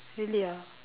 really ah